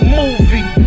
movie